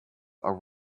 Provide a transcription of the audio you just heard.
are